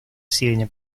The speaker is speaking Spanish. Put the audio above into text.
cine